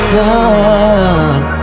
now